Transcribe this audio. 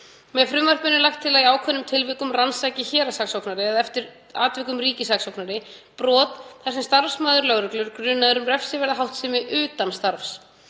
Með frumvarpinu er lagt til að í ákveðnum tilvikum rannsaki héraðssaksóknari, eða eftir atvikum ríkissaksóknari, brot þar sem starfsmaður lögreglu er grunaður um refsiverða háttsemi utan starfs.